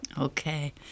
Okay